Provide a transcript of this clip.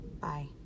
Bye